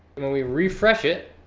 and when we refresh it,